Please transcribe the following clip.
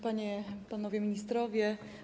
Panie, Panowie Ministrowie!